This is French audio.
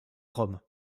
rome